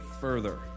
further